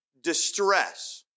distress